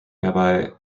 rabbi